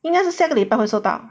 应该下个礼拜会收到